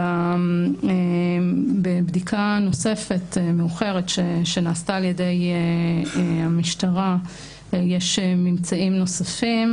אגיד שבבדיקה נוספת מאוחרת שנעשתה ע"י המשטרה יש ממצאים נוספים